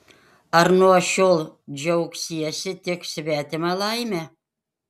ar nuo šiol džiaugsiesi tik svetima laime